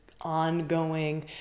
ongoing